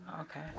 Okay